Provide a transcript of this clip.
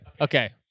Okay